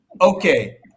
Okay